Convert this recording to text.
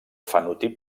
fenotip